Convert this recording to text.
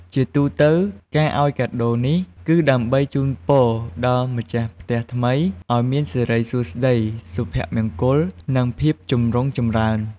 ជាទូទៅ ការឲ្យកាដូនេះ គឺដើម្បីជូនពរដល់ម្ចាស់ផ្ទះថ្មី ឲ្យមានសិរីសួស្តី សុភមង្គល និងភាពចម្រុងចម្រើន។